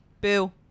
Boo